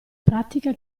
pratica